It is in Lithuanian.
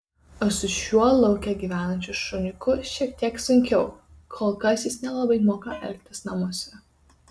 o su šiuo lauke gyvenančiu šuniuku šiek tiek sunkiau kol kas jis nelabai moka elgtis namuose